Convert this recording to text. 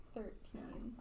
Thirteen